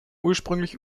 ursprünglich